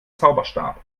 zauberstab